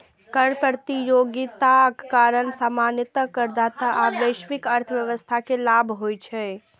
कर प्रतियोगिताक कारण सामान्यतः करदाता आ वैश्विक अर्थव्यवस्था कें लाभ होइ छै